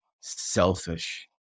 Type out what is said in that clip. selfish